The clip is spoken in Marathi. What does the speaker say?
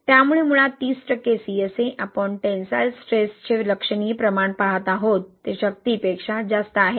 त्यामुळे मुळात 30 टक्के CSA आपण टेन्साइल स्ट्रेसचे लक्षणीय प्रमाण पाहत आहोत ते शक्तीपेक्षा जास्त आहेत